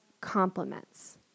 compliments